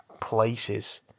places